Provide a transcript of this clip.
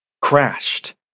crashed